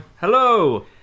Hello